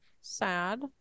sad